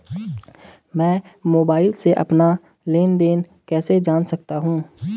मैं मोबाइल से अपना लेन लेन देन कैसे जान सकता हूँ?